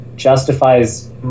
justifies